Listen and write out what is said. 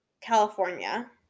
California